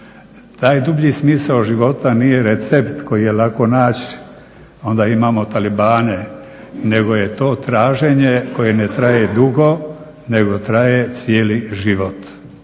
Taj dublji smisao života nije recept koji je lako naći, onda imamo talibane, nego je to traženje koje ne traje dugo nego traje cijeli život